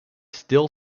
still